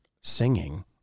singing